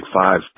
Five